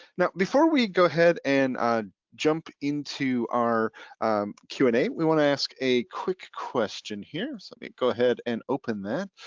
now, before we go ahead and jump into our q and a, we wanna ask a quick question here. so let me go ahead and open that.